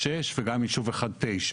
שש וגם ישוב אחד תשע.